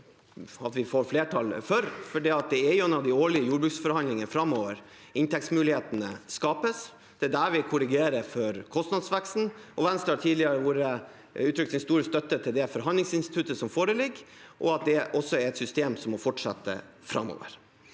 vi får flertall for, for det er gjennom de årlige jordbruksforhandlingene framover inntektsmulighetene skapes. Det er der vi korrigerer for kostnadsveksten, og Venstre har tidligere uttrykt sin store støtte til det forhandlingsinstituttet som foreligger, og at det også er et system som må fortsette framover.